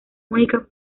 únicas